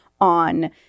on